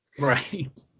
Right